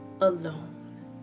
alone